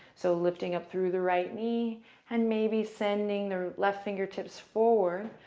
so, lifting up through the right knee and maybe sending the left fingertips forward,